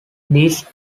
these